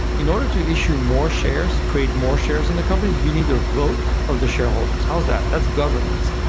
in order to issue more shares, create more shares in the company, you need a vote of the shareholders. how is that? that's governance.